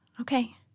Okay